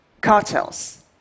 cartels